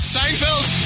Seinfeld